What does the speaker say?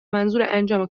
منظورانجام